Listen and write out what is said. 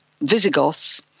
Visigoths